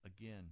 Again